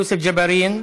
יוסף ג'בארין,